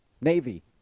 Navy